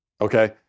Okay